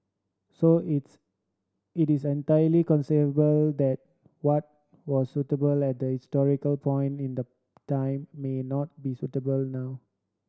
so it's it is entirely conceivable that what was suitable that historical point in the time may not be suitable now